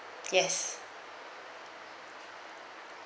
yes